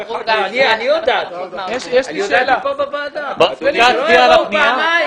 אדוני, אפשר להצביע על הפנייה?